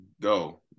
go